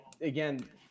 again